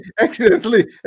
Accidentally